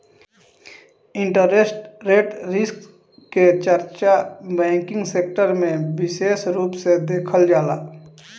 interest rate risk के चर्चा banking sector में बिसेस रूप से देखल जाला